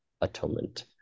atonement